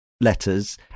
letters